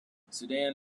sudan